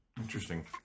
Interesting